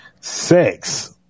Sex